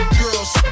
girls